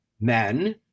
men